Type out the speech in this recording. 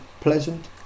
pleasant